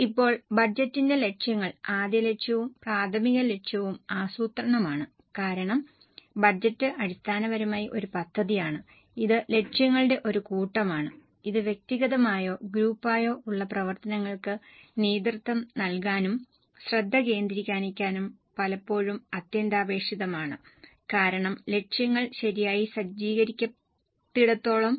ഇപ്പോൾ ബജറ്റിന്റെ ലക്ഷ്യങ്ങൾ ആദ്യ ലക്ഷ്യവും പ്രാഥമിക ലക്ഷ്യവും ആസൂത്രണമാണ് കാരണം ബജറ്റ് അടിസ്ഥാനപരമായി ഒരു പദ്ധതിയാണ് ഇത് ലക്ഷ്യങ്ങളുടെ ഒരു കൂട്ടമാണ് ഇത് വ്യക്തിഗതമായോ ഗ്രൂപ്പായോ ഉള്ള പ്രവർത്തനങ്ങൾക്ക് നേതൃത്വം നൽകാനും ശ്രദ്ധ കേന്ദ്രീകരിക്കാനും പലപ്പോഴും അത്യന്താപേക്ഷിതമാണ് കാരണം ലക്ഷ്യങ്ങൾ ശരിയായി സജ്ജീകരിക്കാത്തിടത്തോളം